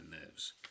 nerves